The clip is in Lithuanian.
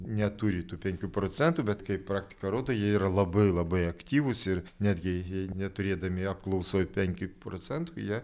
neturi tų penkių procentų bet kaip praktika rodo jie yra labai labai aktyvūs ir netgi neturėdami apklausoj penkių procentų jie